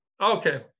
Okay